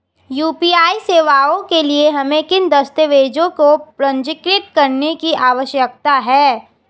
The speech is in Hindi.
यू.पी.आई सेवाओं के लिए हमें किन दस्तावेज़ों को पंजीकृत करने की आवश्यकता है?